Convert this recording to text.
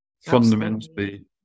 Fundamentally